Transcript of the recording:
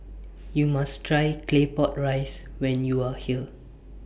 YOU must Try Claypot Rice when YOU Are here